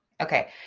Okay